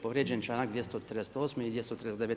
Povrijeđen je članak 238. i 239.